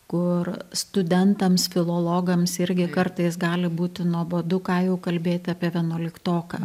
kur studentams filologams irgi kartais gali būti nuobodu ką jau kalbėt apie vienuoliktoką